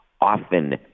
often